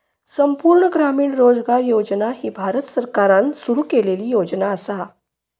संपूर्ण ग्रामीण रोजगार योजना ही भारत सरकारान सुरू केलेली योजना असा